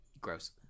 gross